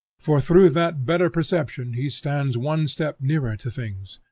for through that better perception he stands one step nearer to things,